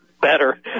better